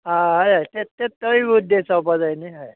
हय तेच तेच तोवूय उद्देश जावपाक जाय न्हय